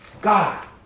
God